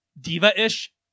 Diva-ish